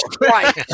right